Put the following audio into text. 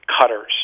cutters